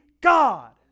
God